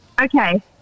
Okay